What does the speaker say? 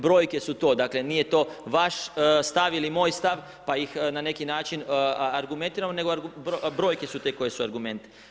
Brojke su tu, dakle nije to vaš stav ili moj stav pa ih na neki način argumentiramo, nego brojke su te koje su argument.